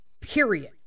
period